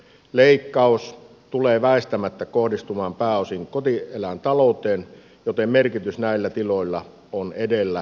leikkaus tulee väistämättä kohdistumaan pääosin kotieläintalouteen joten sen merkitys näillä tiloilla on edellä mainittua suurempi